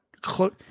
close